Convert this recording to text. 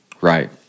right